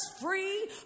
free